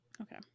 okay